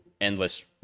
endless